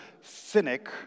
cynic